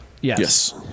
Yes